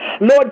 Lord